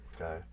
okay